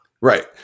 Right